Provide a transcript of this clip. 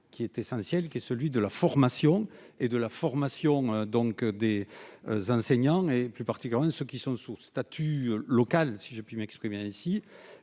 qui est essentiel, qui est celui de la formation et de la formation, donc des enseignants et plus partie quand même ceux qui sont sous statut local, si je puis m'exprimer ainsi,